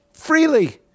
freely